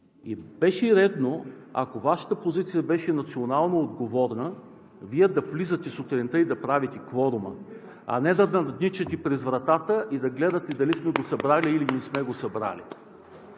и беше редно, ако Вашата позиция беше националноотговорна, Вие да влизате сутринта и да правите кворума, а не да тичате през вратата и да гледате дали сме го събрали, или не сме го събрали.